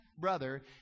brother